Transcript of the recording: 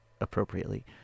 appropriately